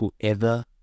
whoever